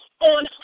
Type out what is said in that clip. on